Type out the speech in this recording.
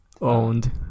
Owned